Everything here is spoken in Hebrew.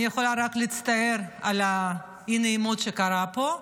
אני יכולה רק להצטער על אי-הנעימות שקרתה פה,